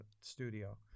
studio